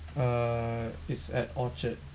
uh it's at orchard